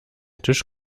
tisch